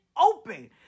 open